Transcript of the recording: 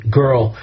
girl